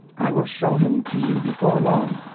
i will show him to you before long,